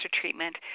Treatment